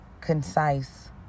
concise